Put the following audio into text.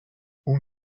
اون